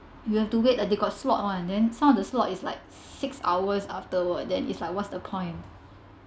you have to wait ah they got slot one then some of the slot is like six hours afterwards then it's like what's the point